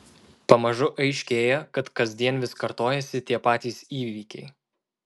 pamažu aiškėja kad kasdien vis kartojasi tie patys įvykiai